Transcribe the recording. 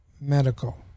Medical